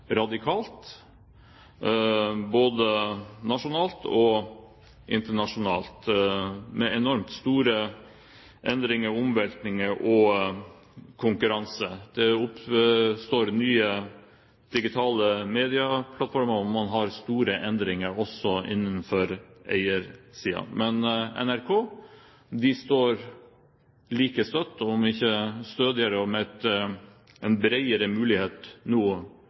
radikalt, både nasjonalt og internasjonalt, med enormt store endringer, omveltninger og konkurranse. Det oppstår nye digitale medieplattformer, og man har store endringer også på eiersiden. Men NRK står like støtt, om ikke stødigere, og med en bredere mulighet